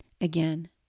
Again